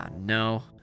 No